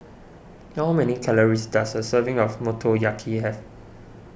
how many calories does a serving of Motoyaki have